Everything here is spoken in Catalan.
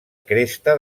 cresta